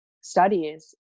studies